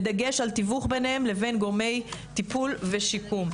בדגש על תיווך ביניהם לבין גורמי טיפול ושיקום.